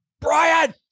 Brian